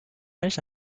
nicht